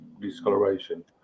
discoloration